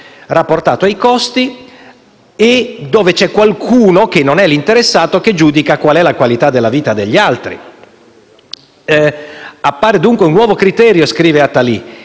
rapportata ai costi e dove c'è qualcuno, che non è l'interessato, che giudica qual è la qualità della vita degli altri. Appare, dunque, un nuovo criterio, scrive Attali,